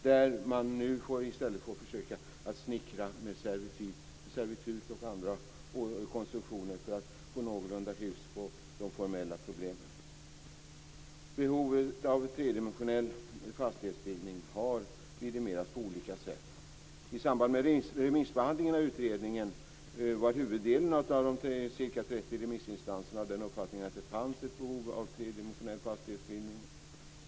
Där får man nu i stället försöka snickra med servitut och andra konstruktioner för att få någorlunda hyfs på de formella problemen. Behovet av tredimensionell fastighetsbildning har vidimerats på olika sätt. I samband med remissbehandlingen av utredningen var huvuddelen av de ca 30 remissinstanserna av den uppfattningen att det fanns ett behov av tredimensionell fastighetsbildning.